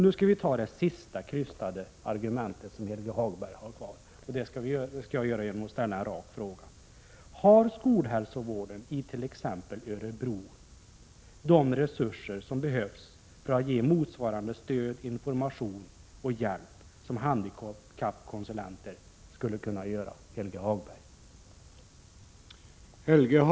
Nu skall jag ta upp det sista krystade argumentet som Helge Hagberg kommer med, och det skall jag göra genom att ställa en rak fråga: Har skolhälsovården i t.ex. Örebro de resurser som behövs för att ge det stöd och den information och hjälp som handikappkonsulenter skulle kunna lämna?